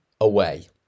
away